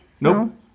Nope